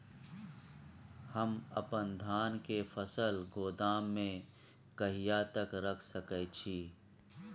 हम अपन धान के फसल गोदाम में कहिया तक रख सकैय छी?